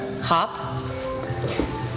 Hop